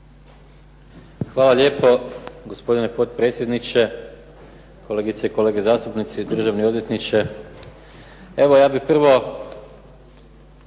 Hvala lijepo. Gospodine potpredsjedniče, kolegice i kolege zastupnici, državni odvjetniče. Evo ja bih prvo